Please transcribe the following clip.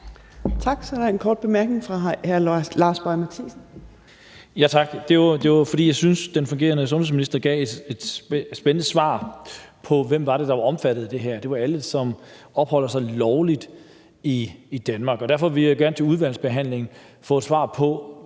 Tak. Der er en kort bemærkning fra hr. Lars Boje Mathiesen. Kl. 13:08 Lars Boje Mathiesen (NB): Tak. Det er, fordi jeg synes, at den fungerende sundhedsminister gav spændende svar på, hvem det var, der var omfattet af det her. Og det var alle, som opholder sig lovligt i Danmark. Derfor vil jeg gerne til udvalgsbehandlingen have svar på,